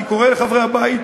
אני קורא לחברי הבית: